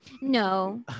No